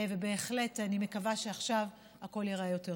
בהחלט אני מקווה שעכשיו הכול ייראה יותר טוב.